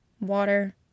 water